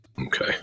Okay